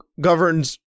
governs